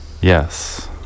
Yes